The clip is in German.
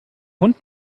hund